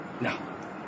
Now